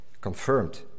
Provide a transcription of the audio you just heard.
confirmed